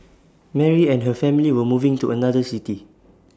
Mary and her family were moving to another city